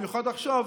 במיוחד עכשיו,